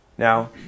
Now